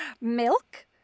Milk